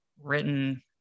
written